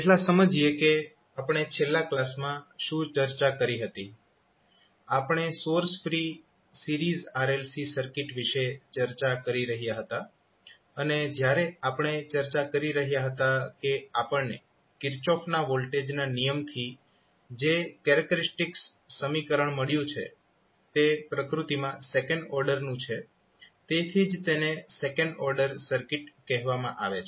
પહેલા સમજીએ કે આપણે છેલ્લા કલાસમાં શું ચર્ચા કરી હતી આપણે source free series RLC circuit વિશે ચર્ચા કરી રહયા હતા અને જ્યારે આપણે ચર્ચા કરી રહ્યા હતા કે આપણને કિર્ચોફના વોલ્ટેજના નિયમથી જે કેરેક્ટરીસ્ટિક્સ સમીકરણ મળ્યું છે તે પ્રકૃતિમા સેકન્ડ ઓર્ડર નું છે તેથી જ તેને સેકન્ડ ઓર્ડર સર્કિટ કહેવામાં આવે છે